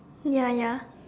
ya ya